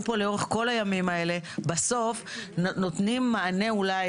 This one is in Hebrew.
פה לאורך כל הימים האלה בסוף נותנים אולי מענה